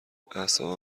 اعصابم